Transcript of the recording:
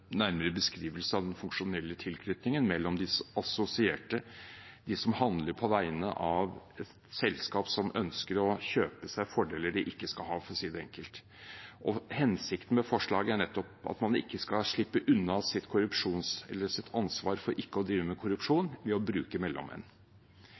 nærmere beskrivelse av den funksjonelle tilknytningen mellom de assosierte, de som handler på vegne av et selskap som ønsker å kjøpe seg fordeler de ikke skal ha – for å si det enkelt. Hensikten med forslaget er nettopp at man ikke skal slippe unna sitt ansvar for ikke å drive med korrupsjon